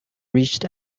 reached